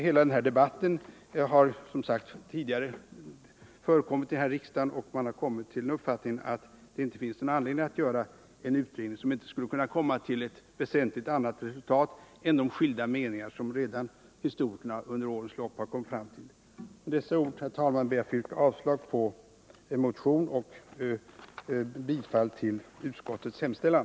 Hela den här debatten har, som jag har sagt, förekommit tidigare här i riksdagen, och man har kommit till uppfattningen att det inte finns någon anledning att göra någon utredning, som inte skulle komma till ett väsentligt annat resultat än de skilda meningar som historikerna under årens lopp kommit fram till. Med dessa ord, herr talman, ber jag att få yrka avslag på motionen och bifall till utskottets hemställan.